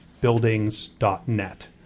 buildings.net